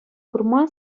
курма